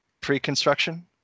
pre-construction